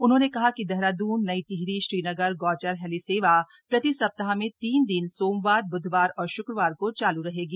उन्होंने कहा कि देहरादून नई टिहरी श्रीनगर गौचर हेली सेवा प्रति सप्ताह में तीन दिन सोमवार ब्धवार और श्क्रवार को चालू रहेगी